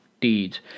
deeds